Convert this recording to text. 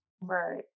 Right